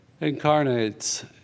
incarnates